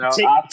Take